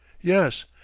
Yes